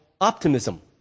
optimism